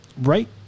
right